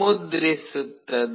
ಮುದ್ರಿಸುತ್ತದೆ